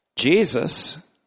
Jesus